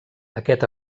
aquest